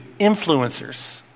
influencers